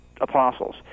apostles